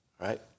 right